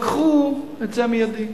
לקחו את זה מידי,